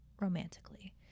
romantically